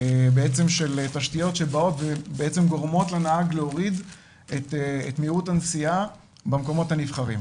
של תשתיות שגורמות לנהג להוריד את מהירות הנסיעה במקומות הנבחרים.